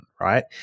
right